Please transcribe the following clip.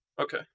Okay